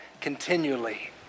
continually